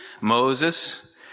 Moses